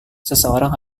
seseorang